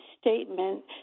statement